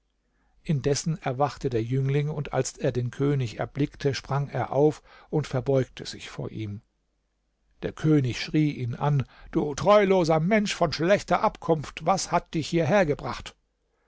indessen erwachte der jüngling und als er den könig erblickte sprang er auf und verbeugte sich vor ihm der könig schrie ihn an du treuloser mensch von schlechter abkunft was hat dich hierhergebracht